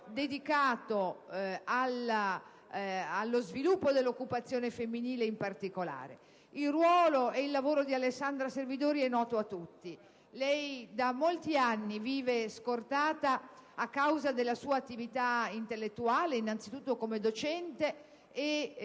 particolare allo sviluppo dell'occupazione femminile. Il ruolo e il lavoro di Alessandra Servidori sono noti a tutti. Da molti anni vive scortata a causa della sua attività intellettuale, innanzitutto come docente.